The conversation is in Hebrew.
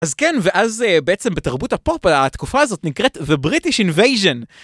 אז כן, ואז בעצם בתרבות הפופ, התקופה הזאת נקראת The British Invasion.